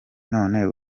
none